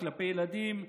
כלפי ילדים,